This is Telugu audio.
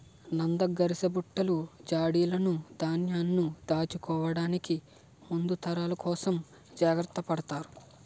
నంద, గరిసబుట్టలు, జాడీలును ధాన్యంను దాచుకోవడానికి ముందు తరాల కోసం జాగ్రత్త పడతారు